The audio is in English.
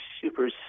super